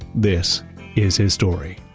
this is his story